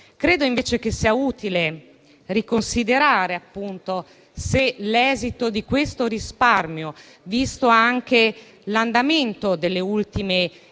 Credo invece sia utile riconsiderare l'esito di questo risparmio, visti anche l'andamento delle ultime